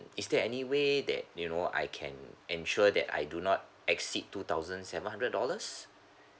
is there anyway that you know I can ensure that I do not exceed two thousand seven hundred dollars